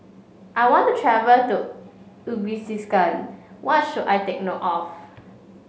I want to travel to Uzbekistan what should I take note of